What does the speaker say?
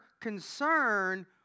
concern